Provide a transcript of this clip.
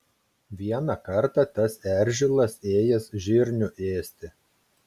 vieną kartą tas eržilas ėjęs žirnių ėsti